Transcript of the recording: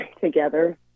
together